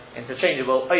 interchangeable